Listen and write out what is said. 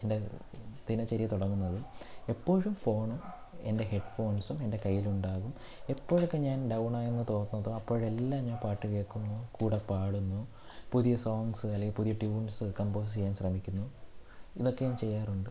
എൻ്റെ ദിനചര്യ തുടങ്ങുന്നത് എപ്പോഴും ഫോണും എൻ്റെ ഹെഡ് ഫോൺസും എൻ്റെ കയ്യിലുണ്ടാകും എപ്പോഴൊക്കെ ഞാൻ ഡൗണായെന്ന് തോന്നുമ്പോൾ അപ്പോഴെല്ലാം ഞാൻ പാട്ട് കേൾക്കുന്നു കൂടെ പാടുന്നു പുതിയ സോങ്സ് അല്ലെങ്കിൽ പുതിയ ട്യൂൺസ് കമ്പോസ് ചെയ്യാൻ ശ്രമിക്കുന്നു ഇതൊക്കെ ഞാൻ ചെയ്യാറുണ്ട്